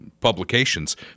publications